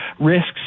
risks